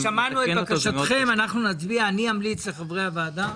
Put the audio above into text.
כן, שמענו את בקשתכם, אני אמליץ לחברי הוועדה